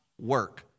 work